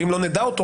ואם לא נדע אותו,